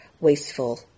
wasteful